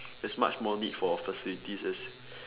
there's much more need for facilities as